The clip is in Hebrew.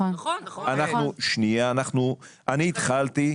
אני התחלתי,